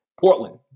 Portland